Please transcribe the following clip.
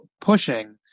pushing